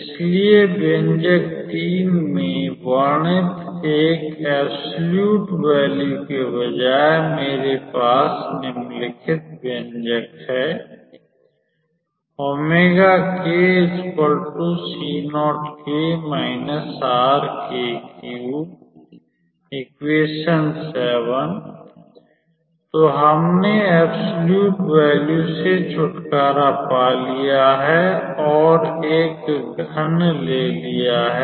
इसलिए व्यंजक में वर्णित एक निरपेक्ष मूल्य के बजाय मेरे पास निम्नलिखित व्यंजकहै तो हमने एब्सोल्यूट वैल्यू से छुटकारा पा लिया है और एक घन ले लिया है